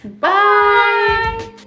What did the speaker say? Bye